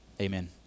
Amen